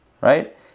Right